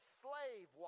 slave